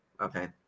Okay